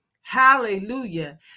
hallelujah